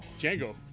django